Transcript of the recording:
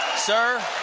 sir,